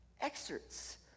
excerpts